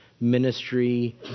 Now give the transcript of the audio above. ministry